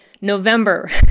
November